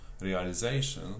realization